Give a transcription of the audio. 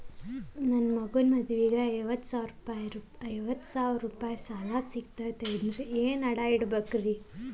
ನನ್ನ ಮಗನ ಮದುವಿಗೆ ಐವತ್ತು ಸಾವಿರ ರೂಪಾಯಿ ಸಾಲ ಸಿಗತೈತೇನ್ರೇ ಏನ್ ಅಡ ಇಡಬೇಕ್ರಿ?